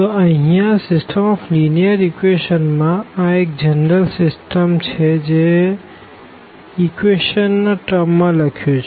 તો અહિયાં system of linear ઇક્વેશંસમાં આ એક જનરલ સીસ્ટમ છે જે ઇક્વેશન ના ટર્મ માં લખ્યું છે